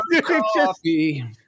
coffee